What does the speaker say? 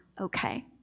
okay